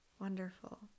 Wonderful